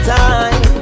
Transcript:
time